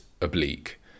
oblique